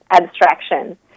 abstraction